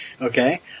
Okay